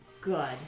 good